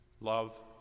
love